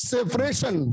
Separation